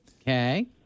Okay